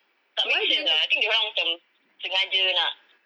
tak makes sense ah I think dia orang macam sengaja nak